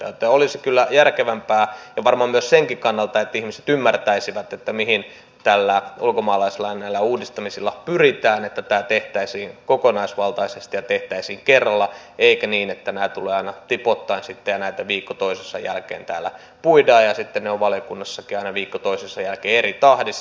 joten olisi kyllä järkevämpää varmaan myös sen kannalta että ihmiset ymmärtäisivät mihin näillä ulkomaalaislain uudistamisilla pyritään että tämä tehtäisiin kokonaisvaltaisesti ja tehtäisiin kerralla eikä niin että nämä tulevat aina tipoittain ja näitä viikko toisensa jälkeen täällä puidaan ja sitten ne ovat valiokunnassakin aina viikko toisensa jälkeen eri tahdissa